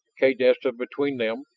kaydessa between them,